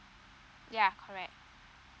yeah correct